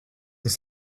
uns